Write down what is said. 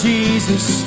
Jesus